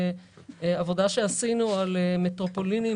בעבודה שעשינו על מטרופולינים,